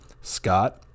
Scott